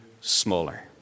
smaller